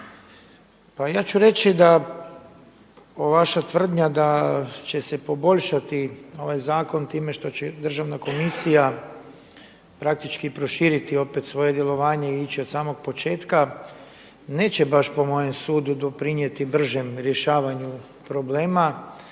pa ja ću reći da ova vaša tvrdnja da će se poboljšati ovaj zakon time što će Državna komisija praktički proširiti opet svoje djelovanje i ići od samog početka neće baš po mojem sudu doprinijeti bržem rješavanju problema,